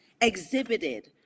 exhibited